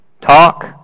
Talk